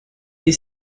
est